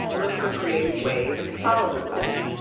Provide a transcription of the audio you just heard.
look for creative ways to follow the rules.